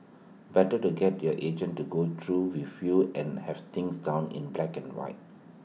better to get your agent to go through with you and have things down in black and white